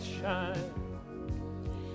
shine